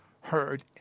heard